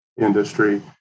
industry